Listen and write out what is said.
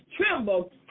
tremble